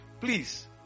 Please